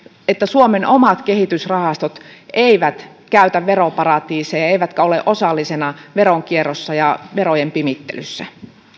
että suomen omat kehitysrahastot eivät käytä veroparatiiseja eivätkä ole osallisena veronkierrossa ja verojen pimittelyssä